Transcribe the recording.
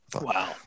Wow